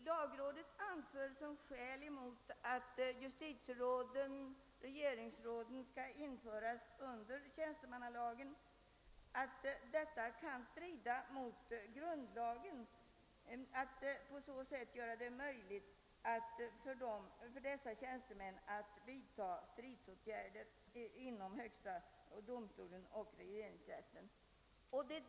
Lagrådet anför som skäl mot att justitieråden och regeringsråden införs under statstjänstemannalagen att detta kan strida mot grundlagen, då i så fall dessa tjänstemän inom högsta domstolen och regeringsrätten skulle kunna vidta stridsåtgärder.